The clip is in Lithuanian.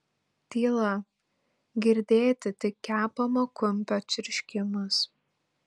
tyla girdėti tik kepamo kumpio čirškimas